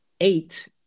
Eight